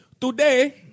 Today